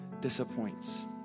disappoints